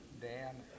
Dan